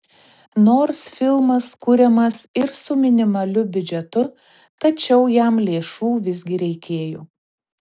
nors filmas kuriamas ir su minimaliu biudžetu tačiau jam lėšų visgi reikėjo